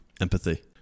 Empathy